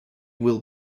will